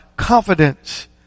confidence